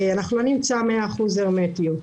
אנחנו לא נמצא מאה אחוזי הרמטיות.